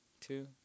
two